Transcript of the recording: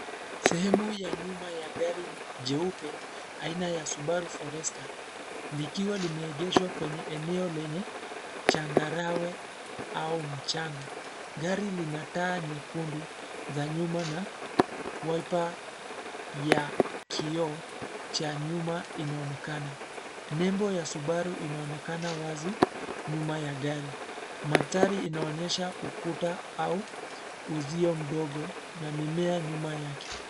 Sehemu ya nyuma ya gari jeupe aina ya Subaru Forester , likiwa limeegeshwa kwenye eneo lenye, changarawe, au mchanga. Gari lina taa nyekundu, za nyuma na, wiper , ya, kioo, cha nyuma inaonekana. Nembo ya Subaru inaonekana wazi, nyuma ya gari. Mandhari inaonyesha ukuta au, uzio mdogo na mimea nyuma yake.